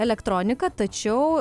elektroniką tačiau